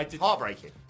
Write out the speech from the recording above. heartbreaking